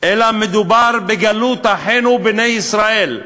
אלא מדובר בגלות אחינו בני ישראל.